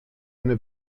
eine